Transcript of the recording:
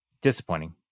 disappointing